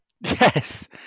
Yes